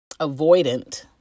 avoidant